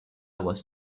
was